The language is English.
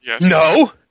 No